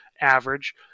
average